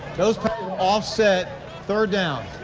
that will offset third down.